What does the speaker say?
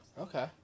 Okay